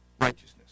righteousness